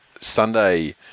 Sunday